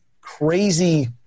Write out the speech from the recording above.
crazy